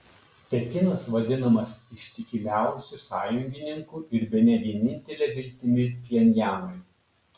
pekinas vadinamas ištikimiausiu sąjungininku ir bene vienintele viltimi pchenjanui